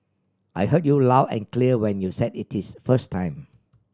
I heard you loud and clear when you said it is first time